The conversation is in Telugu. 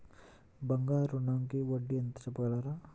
బంగారు ఋణంకి వడ్డీ ఎంతో చెప్పగలరా?